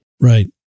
Right